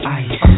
ice